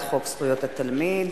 הצעת חוק זכויות התלמיד